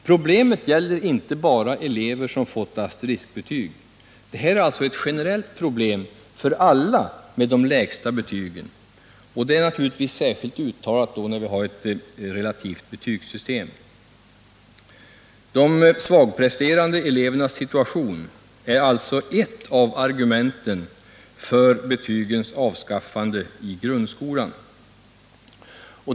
Problemet gäller inte bara elever som fått asteriskbetyg, utan det är ett generellt problem för alla med de lägsta betygen, och det blir naturligtvis särskilt uttalat när vi har ett relativt betygssystem. De svagpresterande elevernas situation är alltså ett av argumenten för betygens avskaffande i grundskolan.